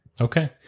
Okay